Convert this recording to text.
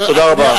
תודה רבה.